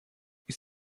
ist